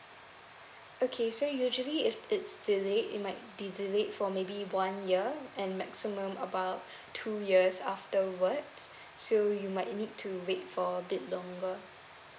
okay so usually if it's delayed it might be delayed for maybe one year and maximum about two years afterwards so you might need to wait for a bit longer